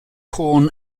corn